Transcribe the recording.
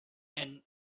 and